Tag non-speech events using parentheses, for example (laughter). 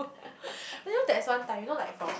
(breath) you know there is one time you know like from